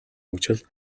хөгжил